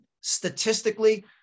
Statistically